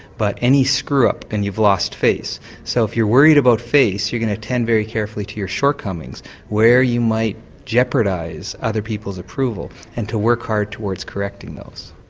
but any screw-up and you've lost face. so if you're worried about face you're going to attend very carefully to your shortcomings where you might jeopardise other people's approval, and to work hard towards correcting those.